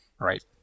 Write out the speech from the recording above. Right